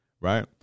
right